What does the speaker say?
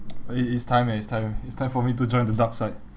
eh it's time eh it's time it's time for me to join the dark side